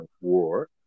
war